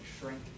shrink